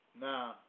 now